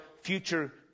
future